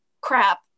crap